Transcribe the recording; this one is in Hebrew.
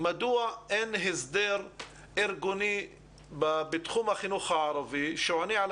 מדוע אין הסדר ארגוני בתחום החינוך הערבי שעונה על